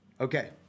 Okay